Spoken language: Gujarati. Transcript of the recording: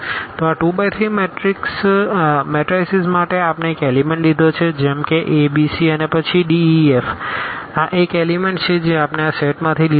તો આ 2 3 મેટરાઈસીસ માટે આપણે એક એલીમેન્ટ લીધો છે જેમ કે a b c અને પછી d e અને f આ એક એલીમેન્ટ છે જે આપણે આ સેટ માં થી લીધો છે